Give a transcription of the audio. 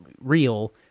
real